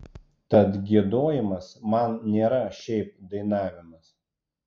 tad giedojimas man nėra šiaip dainavimas